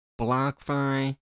BlockFi